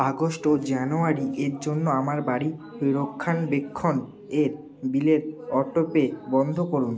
August ও January এর জন্য আমার বাড়ি রক্ষণাক্ষণ এর বিলের অটোপে বন্ধ করুন